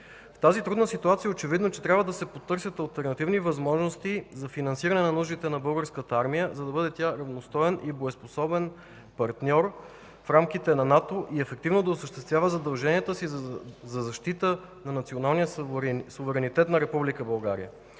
В тази трудна ситуация е очевидно, че трябва да се потърсят алтернативни възможности за финансиране на нуждите на Българската армия, за да бъде тя равностоен и боеспособен партньор в рамките на НАТО и ефективно да осъществява задълженията си за защита на националния суверенитет на Република България.